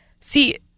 See